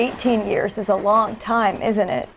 eighteen years is a long time isn't it